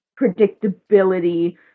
predictability